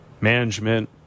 management